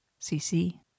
CC